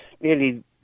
nearly